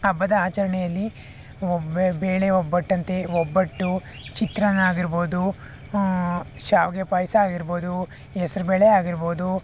ಹಬ್ಬದ ಆಚರಣೆಯಲ್ಲಿ ಬೇಳೆ ಒಬ್ಬಟ್ಟಂತೆ ಒಬ್ಬಟ್ಟು ಚಿತ್ರಾನ್ನ ಆಗಿರ್ಬೋದು ಶ್ಯಾವಿಗೆ ಪಾಯಸ ಆಗಿರ್ಬೋದು ಹೆಸರುಬೇಳೆ ಆಗಿರ್ಬೋದು